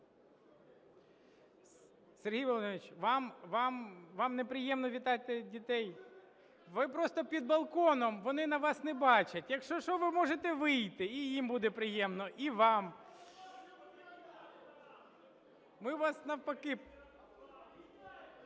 Сергій Володимирович, вам неприємно вітати дітей? Ви просто під балконом, вони вас не бачать, якщо-що ви можете вийти, і їм буде приємно, і вам. (Шум у залі)